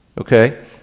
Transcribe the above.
okay